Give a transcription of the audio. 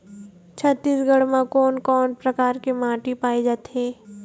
छत्तीसगढ़ म कोन कौन प्रकार के माटी पाए जाथे?